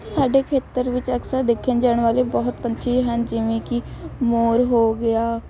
ਸਾਡੇ ਖੇਤਰ ਵਿੱਚ ਅਕਸਰ ਦੇਖੇ ਜਾਣ ਵਾਲੇ ਬਹੁਤ ਪੰਛੀ ਹਨ ਜਿਵੇਂ ਕਿ ਮੋਰ ਹੋ ਗਿਆ